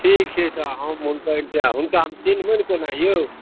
ठीक छै तऽ हम हुनकर इंतजार हुनका हम चिन्हबनि कोना यौ